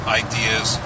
ideas